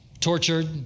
tortured